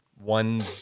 one